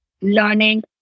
learning